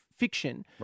Fiction